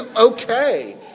okay